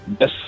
Yes